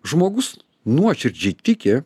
žmogus nuoširdžiai tiki